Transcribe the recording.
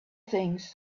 things